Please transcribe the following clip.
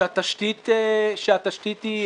שהתשתית מושלמת.